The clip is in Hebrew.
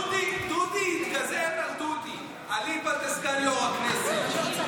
דודי התגזען על דודי, אליבא דסגן יו"ר הכנסת.